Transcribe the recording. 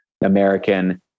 American